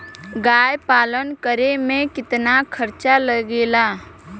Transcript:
गाय पालन करे में कितना खर्चा लगेला?